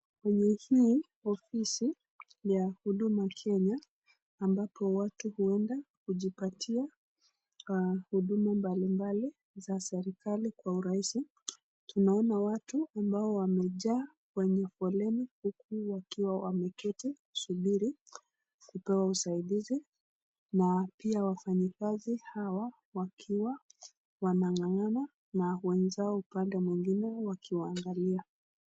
Kwenye hii ofisi ya huduma Kenya ambapo watu huenda kujipatia huduma mbalimbali za serikali kwa uraisi. Tunaona watu ambao wamejaa kwenye foleni huku wakiwa wameketi kusubiri kupewa usaidizi na pia wafanyi kazi hawa wakiwa wanangangana na wenzao pande mwingine wakiwaangalia.